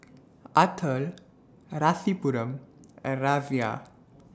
Atal Rasipuram and Razia